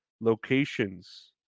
locations